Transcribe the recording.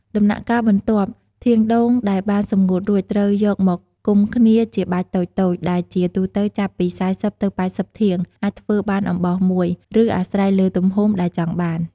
ដំណាក់កាលបន្ទាប់ ធាងដូងដែលបានសម្ងួតរួច ត្រូវយកមកផ្ដុំគ្នាជាបាច់តូចៗ ដែលជាទូទៅចាប់ពី ៤០ ទៅ ៨០ ធាង អាចធ្វើបានអំបោសមួយ ឬអាស្រ័យលើទំហំដែលចង់បាន។